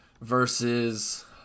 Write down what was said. versus